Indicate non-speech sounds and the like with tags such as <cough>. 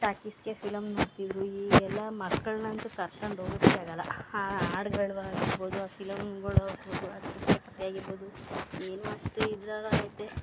ಟಾಕೀಸ್ಗೆ ಫಿಲಮ್ಗೆ ಹೋಗ್ತಿದ್ರು ಈಗೆಲ್ಲ ಮಕ್ಕಳನ್ನಂತೂ ಕರ್ಕೊಂಡೋಗೋಕ್ಕೆ ಆಗಲ್ಲ ಆ ಹಾಡ್ಗಳು ಆಗಿರ್ಬೋದು ಆ ಫಿಲಮ್ಗಳು <unintelligible> ಕತೆಯಾಗಿರ್ಬೋದು <unintelligible> ಇದ್ರಾಗ ಆಗುತ್ತೆ